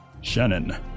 Shannon